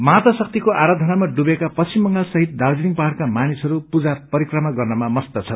माता शक्तिको अराधनामा डुबेका पश्चिम बंगाल सहित दाज्रेलिङ पहाड़का मानिसहरू पूजा परिक्रमा गर्नमा मस्त छन्